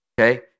okay